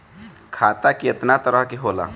खाता केतना तरह के होला?